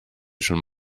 schon